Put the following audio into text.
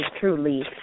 truly